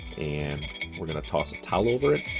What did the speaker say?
and we're gonna toss a towel over it,